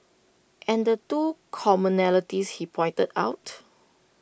and the two commonalities he pointed out